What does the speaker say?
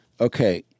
Okay